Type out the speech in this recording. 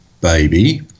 baby